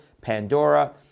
Pandora